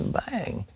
bang,